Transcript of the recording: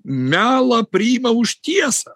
melą priima už tiesą